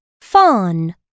fawn